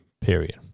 period